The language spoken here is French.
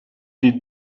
des